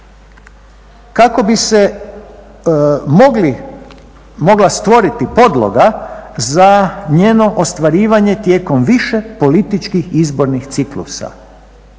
kako bi se mogla stvoriti podloga za njeno ostvarivanje tijekom više političkih izbornih ciklusa."